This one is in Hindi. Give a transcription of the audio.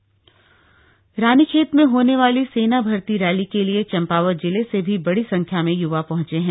सेना भर्ती रानीखेत में होने वाली सेना भर्ती रैली के लिए चंपावत जिले से भी बड़ी संख्या में य्वा पहंचे हैं